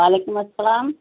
وعلیکم السلام